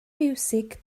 fiwsig